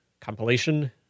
compilation